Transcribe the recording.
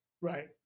Right